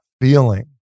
feeling